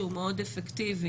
שהוא מאוד אפקטיבי,